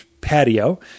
patio